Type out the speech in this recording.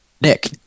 Nick